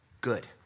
Good